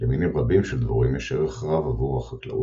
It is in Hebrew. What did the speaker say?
למינים רבים של דבורים יש ערך רב עבור החקלאות,